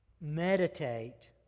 meditate